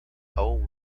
home